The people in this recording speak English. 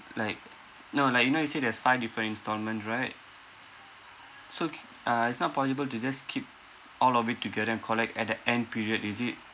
like no like you know you say there's five different installments right so uh it's not possible to just keep all of it together and collect at the end period is it